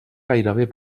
gairebé